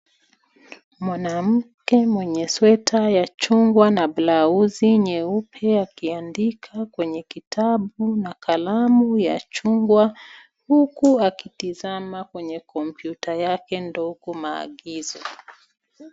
Mwanamke mwenye sweta ya chungwa na blauzi nyeupe akiandika kwenye kitabu na kalamu ya chungwa huku akitazama kwenye kompyuta yake ndogo maagizo.